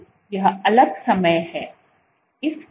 तो यह अलग समय है